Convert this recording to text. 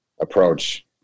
approach